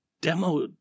demo